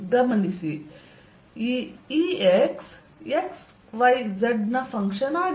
ಗಮನಿಸಿ ಈ Ex x y z ನ ಫಂಕ್ಶನ್ ಆಗಿದೆ